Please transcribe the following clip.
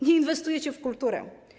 Nie inwestujecie w kulturę.